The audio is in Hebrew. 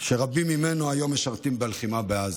שרבים ממנו היום משרתים בלחימה בעזה.